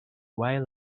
while